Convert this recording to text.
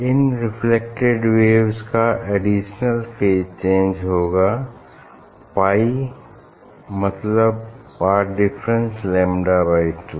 इन reflected waves का additional phase change होगा pi मतलब path difference lambda by to